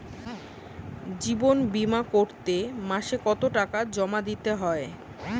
জীবন বিমা করতে মাসে কতো টাকা জমা দিতে হয়?